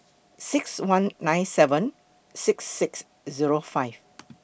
six one nine seven six six Zero five